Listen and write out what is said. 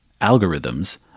algorithms